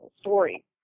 story